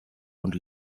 und